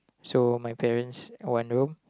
so my parents one room